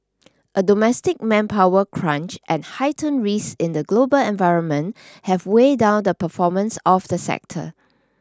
a domestic manpower crunch and heightened risk in the global environment have weighed down the performance of the sector